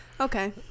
Okay